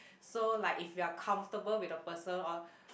so like if you're comfortable with a person or